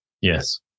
Yes